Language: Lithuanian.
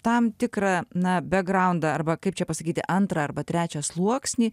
tam tikrą na begraundą arba kaip čia pasakyti antrą arba trečią sluoksnį